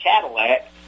Cadillac